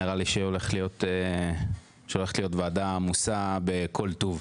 נראה לי שהולכת להיות ועדה עמוסה בכל טוב.